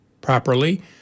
properly